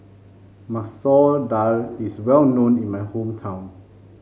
Masoor Dal is well known in my hometown